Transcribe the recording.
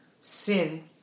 sin